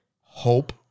hope